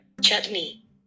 Chutney